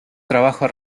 trabajo